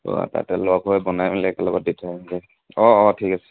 অঁ তাতে লগ হৈ বনাই মেলি একেলগত দি থৈ আহিমগৈ অঁ অঁ ঠিক আছে